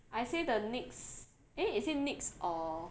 I say the Nyx eh is it Nyx or